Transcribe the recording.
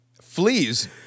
Fleas